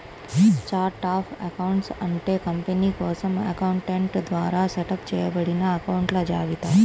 chart of accounts అంటే company కోసం accountant ద్వారా సెటప్ చేయబడిన అకొంట్ల జాబితా